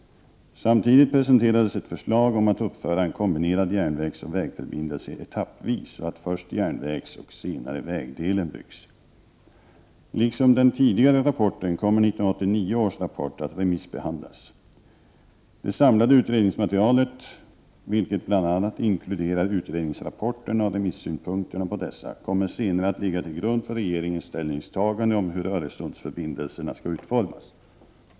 Samtidigt presenterades ett förslag om att uppföra en kombinerad järnvägsoch vägförbindelse etappvis, så att först järnvägsdelen och senare vägdelen byggs. Liksom den tidigare rapporten kommer 1989 års rapport att remissbehandlas. Det samlade utredningsmaterialet, vilket bl.a. inkluderar utredningsrapporterna och remissynpunkterna på dessa, kommer senare att ligga till grund för regeringens ställningstagande om hur Öresundsförbindelserna skall utformas.